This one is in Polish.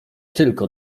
tylko